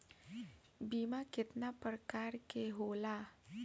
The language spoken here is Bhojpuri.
बीमा केतना प्रकार के होला?